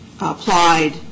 applied